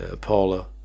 Paula